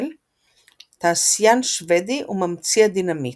תעשיין שוודי וממציא הדינמיט.